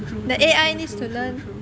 true true true true true true